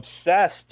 Obsessed